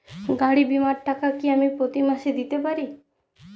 গাড়ী বীমার টাকা কি আমি প্রতি মাসে দিতে পারি?